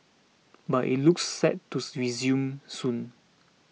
but it looks set to resume soon